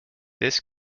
this